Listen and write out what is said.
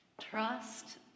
Trust